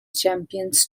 champions